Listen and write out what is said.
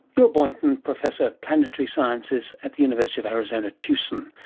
bill boynton, professor of planetary sciences at the university of arizona tucson,